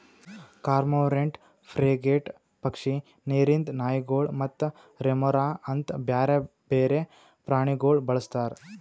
cormorant, frigate ಪಕ್ಷಿ, ನೀರಿಂದ್ ನಾಯಿಗೊಳ್ ಮತ್ತ ರೆಮೊರಾ ಅಂತ್ ಬ್ಯಾರೆ ಬೇರೆ ಪ್ರಾಣಿಗೊಳ್ ಬಳಸ್ತಾರ್